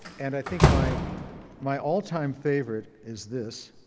and i think my my all-time favorite is this.